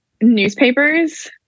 newspapers